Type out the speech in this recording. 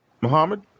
Mohammed